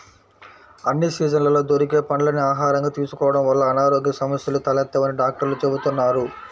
అన్ని సీజన్లలో దొరికే పండ్లని ఆహారంగా తీసుకోడం వల్ల అనారోగ్య సమస్యలు తలెత్తవని డాక్టర్లు చెబుతున్నారు